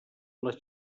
les